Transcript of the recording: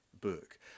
book